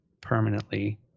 permanently